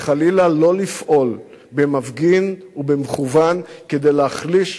וחלילה לא לפעול במופגן ובמכוון כדי להחליש